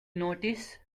notice